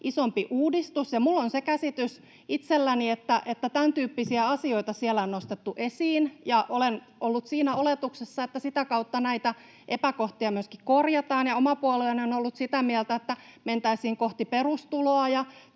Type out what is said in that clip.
isompi uudistus, ja minulla on se käsitys itselläni, että tämäntyyppisiä asioita siellä on nostettu esiin. Ja olen ollut siinä oletuksessa, että sitä kautta näitä epäkohtia myöskin korjataan, ja oma puolueeni on ollut sitä mieltä, että mentäisiin kohti perustuloa